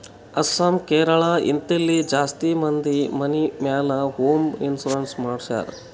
ಅಸ್ಸಾಂ, ಕೇರಳ, ಹಿಂತಲ್ಲಿ ಜಾಸ್ತಿ ಮಂದಿ ಮನಿ ಮ್ಯಾಲ ಹೋಂ ಇನ್ಸೂರೆನ್ಸ್ ಮಾಡ್ತಾರ್